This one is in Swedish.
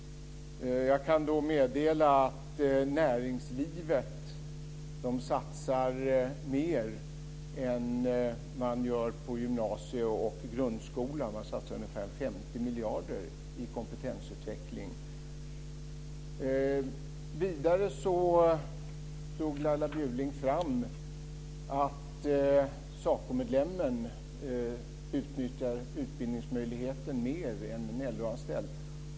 Jag kan då meddela att näringslivet satsar mer än vad gymnasier och grundskola gör. Man satsar ungefär 50 miljarder i kompetensutveckling. Vidare tog Laila Bjurling fram att en SACO medlem utnyttjar utbildningsmöjligheten mer än en LO-anställd.